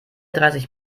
dreißig